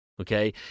Okay